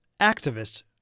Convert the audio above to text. activist